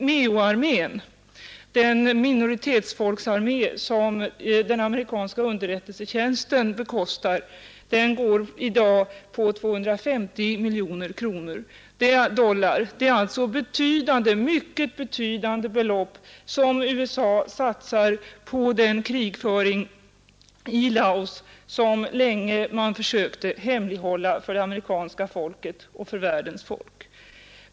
Meoarmén, den minoritetsfolksarmé som den amerikanska underrättelsetjänsten bekostar, går i dag på 250 miljoner dollar. Det är alltså mycket betydande belopp som USA satsar på den krigföring i Laos som man länge försökte hemlighålla för det amerikanska folket och för världens folk.